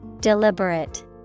Deliberate